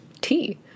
tea